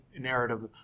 narrative